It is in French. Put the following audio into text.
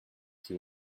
qui